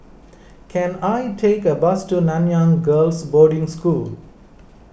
can I take a bus to Nanyang Girls' Boarding School